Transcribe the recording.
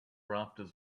rafters